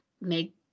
make